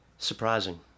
Surprising